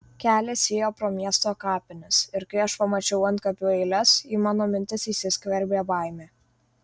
kelias ėjo pro miesto kapines ir kai aš pamačiau antkapių eiles į mano mintis įsiskverbė baimė